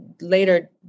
later